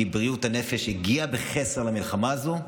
כי בריאות הנפש הגיעה בחסר למלחמה הזו,